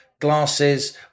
glasses